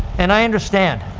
and i understand.